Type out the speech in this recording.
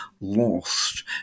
lost